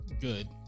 good